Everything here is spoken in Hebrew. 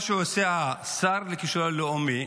מה שעושה השר לכישלון לאומי,